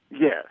Yes